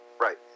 Right